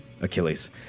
Achilles